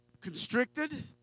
constricted